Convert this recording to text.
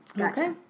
okay